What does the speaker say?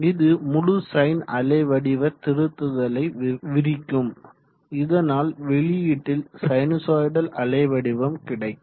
இது முழு சைன் அலைவடிவ திருத்துதலை விரிக்கும் இதனால் வெளியீட்டில் சைனுசொய்டல் அலைவடிவம் கிடைக்கும்